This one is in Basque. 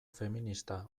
feminista